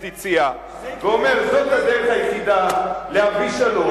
מציע ואומר: זאת הדרך היחידה להביא שלום,